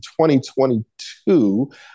2022